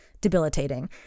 debilitating